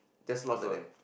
just lost like that